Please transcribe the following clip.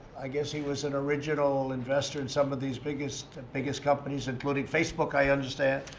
i guess he was an original investor in some of these biggest and biggest companies, including facebook, i understand.